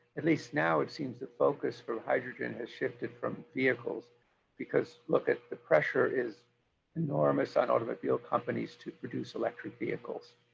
at least now it seems the focus for hydrogen has shifted from vehicles because look at the pressure is enormous on automobile companies to produce electric vehicles,